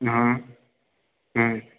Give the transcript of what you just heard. हँ हँ